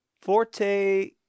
Forte